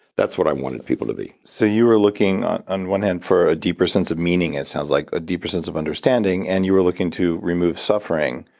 that's what i wanted people to be. so you were looking on on one hand for a deeper sense of meaning, it sounds like, a deeper sense of understanding, and you were looking to remove suffering,